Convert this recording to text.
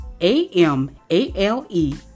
A-M-A-L-E